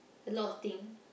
a lot of thing